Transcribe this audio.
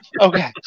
Okay